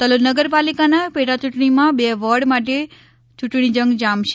તલોદ નગરપાલિકાની પેટાચૂંટણીમાં બે વોર્ડ માટે ચુંટણી જંગ જામશે